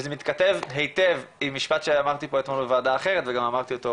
וזה מתכתב היטב עם משפט שאתמול אמרתי אותו,